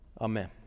amen